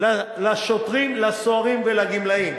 לסוהרים ולגמלאים,